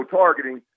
targeting